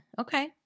okay